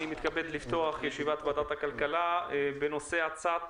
אני מתכבד לפתוח את ישיבת ועדת הכלכלה בנושא הצעת